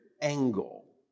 angle